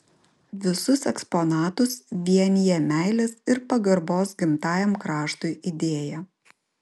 visus eksponatus vienija meilės ir pagarbos gimtajam kraštui idėja